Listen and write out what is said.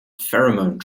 pheromone